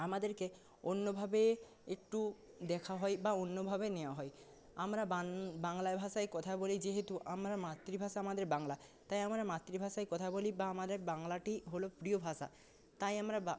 আমাদেরকে অন্যভাবে একটু দেখা হয় বা অন্যভাবে নেওয়া হয় আমরা বাংলা ভাষায় কথা বলি যেহেতু আমরা মাতৃভাষা আমাদের বাংলা তাই আমরা মাতৃভাষায় কথা বলি বা আমাদের বাংলাটি হলো প্রিয় ভাষা তাই আমরা বা